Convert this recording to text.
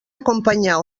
acompanyar